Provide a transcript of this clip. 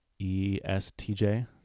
ESTJ